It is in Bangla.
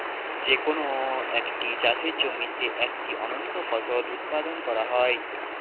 যে কোন একটি চাষের জমিতে একটি অনন্য ফসল উৎপাদন করা হয়